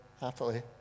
happily